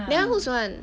that [one] whose [one]